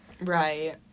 right